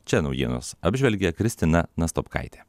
čia naujienas apžvelgia kristina nastopkaitė